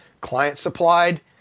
client-supplied